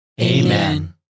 Amen